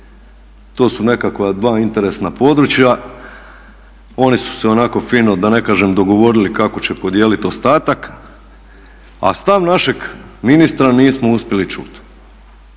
To su nekakva dva interesna područja. Oni su se onako fino da ne kažem dogovorili kako će podijeliti ostatak, a stav našeg ministra nismo uspjeli čuti.